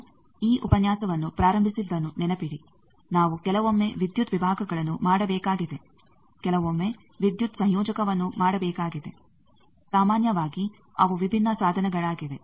ನಾವು ಈ ಉಪನ್ಯಾಸವನ್ನು ಪ್ರಾರಂಭಿಸಿದ್ದನ್ನು ನೆನಪಿಡಿ ನಾವು ಕೆಲವೊಮ್ಮೆ ವಿದ್ಯುತ್ ವಿಭಾಗಗಳನ್ನು ಮಾಡಬೇಕಾಗಿದೆ ಕೆಲವೊಮ್ಮೆ ವಿದ್ಯುತ್ ಸಂಯೋಜಕವನ್ನು ಮಾಡಬೇಕಾಗಿದೆ ಸಾಮಾನ್ಯವಾಗಿ ಅವು ವಿಭಿನ್ನ ಸಾಧನಗಳಾಗಿವೆ